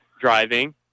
driving